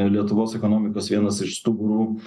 lietuvos ekonomikos vienas iš stuburų